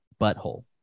butthole